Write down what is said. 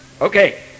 okay